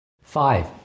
Five